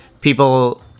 people